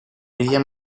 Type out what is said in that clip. ella